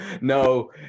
no